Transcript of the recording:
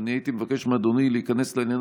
ואני הייתי מבקש מאדוני להיכנס לעניין